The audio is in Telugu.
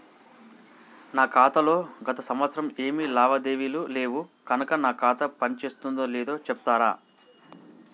నా ఖాతా లో గత సంవత్సరం ఏమి లావాదేవీలు లేవు కనుక నా ఖాతా పని చేస్తుందో లేదో చెప్తరా?